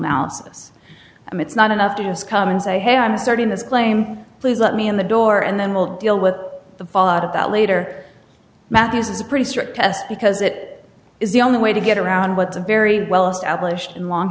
us and it's not enough to just come and say hey i'm starting this claim please let me in the door and then we'll deal with the fallout of that later matthews is a pretty strict test because it is the only way to get around what the very well established in long